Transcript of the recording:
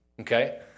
Okay